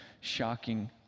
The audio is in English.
shocking